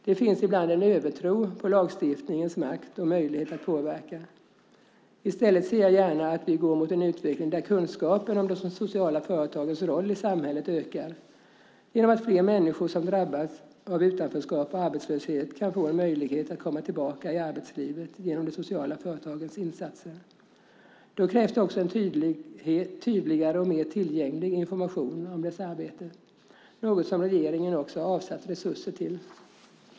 Det finns ibland en övertro på lagstiftningens makt och möjlighet att påverka. I stället ser jag gärna att vi går mot en utveckling där kunskapen om de sociala företagens roll i samhället ökar genom att fler människor som drabbats av utanförskap och arbetslöshet kan få en möjlighet att komma tillbaka i arbetslivet genom de sociala företagens insatser. Då krävs det också en tydligare och mer tillgänglig information om deras arbete, något som regeringen också har avsatt resurser till.